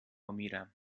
میرم